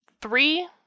Three